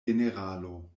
generalo